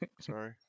Sorry